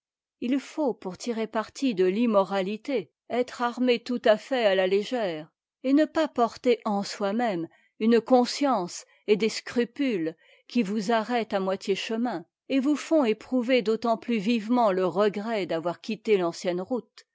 il faut pour tirer parti de t'immoratité être armé tout à fait à la légère et ne pas porter en soi-même une conscience et des scrupules qui vous arrêtent à moitié chemin et vous font éprouver d'autant plus vivement le regret d'avoir quitté l'ancienne route